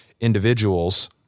individuals